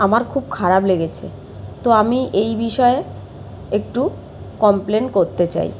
আমার খুব খারাপ লেগেছে তো আমি এই বিষয়ে একটু কমপ্লেন করতে চাই